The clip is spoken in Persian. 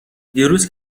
دیروز